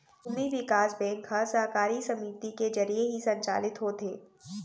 भूमि बिकास बेंक ह सहकारी समिति के जरिये ही संचालित होथे